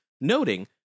noting